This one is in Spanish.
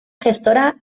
gestora